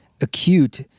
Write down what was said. acute